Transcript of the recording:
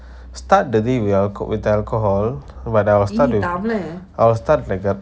start the day with alco~ alcohol but I will start with I will start at